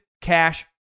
Cash